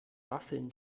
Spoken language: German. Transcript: waffeln